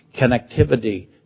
connectivity